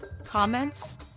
Comments